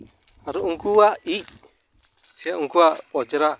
ᱟᱨ ᱩᱱᱠᱩᱣᱟᱜ ᱤᱡ ᱥᱮ ᱩᱱᱠᱩᱣᱟᱜ ᱚᱡᱽᱨᱟ